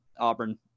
Auburn